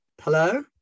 Hello